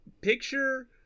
picture